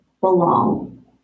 belong